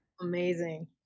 Amazing